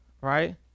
right